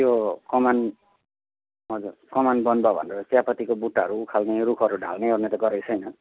त्यो कमान हजुर कमान बन्द भनेर चियापतिको बुट्टाहरू उखाल्ने रूखहरू ढाल्ने ओर्ने त गरेको छैन